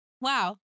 Wow